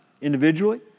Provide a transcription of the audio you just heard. individually